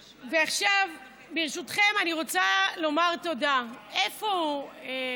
ועכשיו, ברשותכם, אני רוצה לומר תודה, איפה הוא?